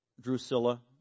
Drusilla